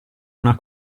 una